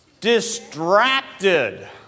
distracted